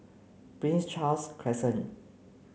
Prince Charles Crescent